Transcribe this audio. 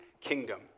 kingdom